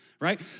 right